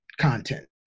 content